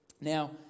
Now